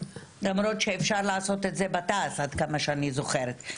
למרות שאפשר לעשות את זה בתע"ס עד כמה שאני זוכרת,